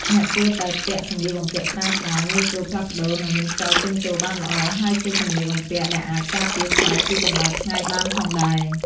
អ្នកគួរតែពាក់សម្លៀកបំពាក់ស្រាលៗ ងាយស្រួលផ្លាស់ប្ដូរ និងមានខ្យល់ចេញចូលបានល្អ ហើយជាសម្លៀកបំពាក់ដែលអាចការពារស្បែកពីកម្ដៅថ្ងៃបានផងដែរ។